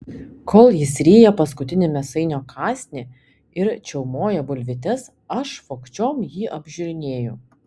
kol jis ryja paskutinį mėsainio kąsnį ir čiaumoja bulvytes aš vogčiom jį apžiūrinėju